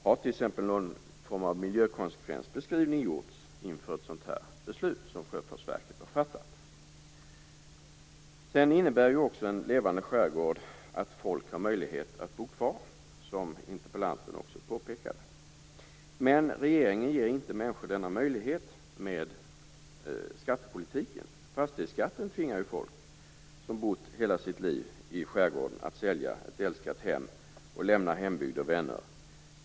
Har någon miljökonsekvensbeskrivning gjorts inför ett sådant beslut som Sjöfartsverket har fattat? En levande skärgård innebär också att folk har möjlighet att bo kvar - som interpellanten också påpekade. Men regeringen ger inte människor denna möjlighet på grund av skattepolitiken. Fastighetsskatten tvingar folk som bott hela sitt liv i skärgården att sälja ett älskat hem och lämna hembygd och vänner.